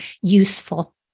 useful